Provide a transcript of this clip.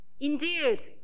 indeed